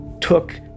took